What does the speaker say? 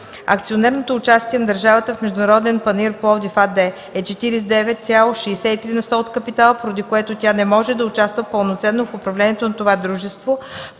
Акционерното участие на държавата в „Международен панаир – Пловдив” АД е 49,63 на сто от капитала, поради което тя не може да участва пълноценно в управлението на това дружество,